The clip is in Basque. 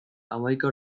hamaika